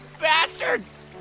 bastard's